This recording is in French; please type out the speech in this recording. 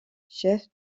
chef